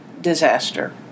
disaster